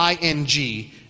ing